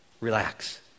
relax